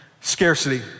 Scarcity